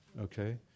okay